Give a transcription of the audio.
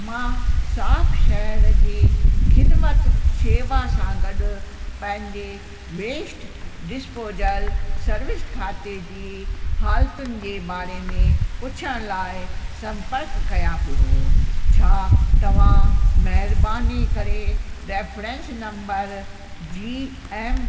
मां साफ़ु शहर जे ख़िदिमत शेवा सां गॾु पंहिंजे वेस्ट डिसपोजल सर्विस खाते जी हालितुनि जे बारे में पुछण लाइ संपर्क कयां पियो छा तव्हां महिरबानी करे रेफ़रंस नम्बर जी एम